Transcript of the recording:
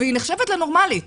והיא נחשבת לנורמלית